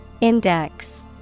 Index